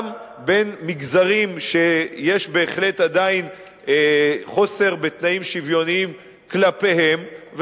גם בין מגזרים שעדיין יש בהחלט חוסר בתנאים שוויוניים כלפיהם,